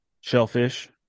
shellfish